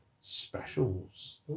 Specials